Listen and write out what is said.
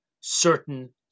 certain